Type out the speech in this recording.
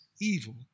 evil